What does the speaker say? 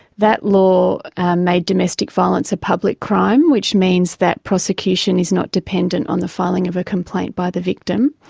that law made domestic violence a public crime, which means that prosecution is not dependent on the filing of a complaint by the victim.